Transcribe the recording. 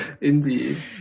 indeed